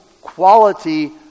quality